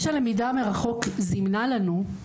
מה שהלמידה מרחוק זימנה לנו,